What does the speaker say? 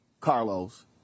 Carlos